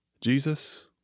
Jesus